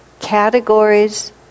categories